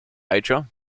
hydro